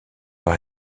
par